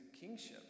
kingship